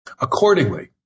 Accordingly